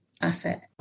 asset